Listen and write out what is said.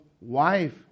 wife